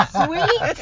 sweet